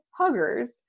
huggers